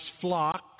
flock